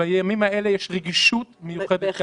שבימים האלה יש רגישות מיוחדת.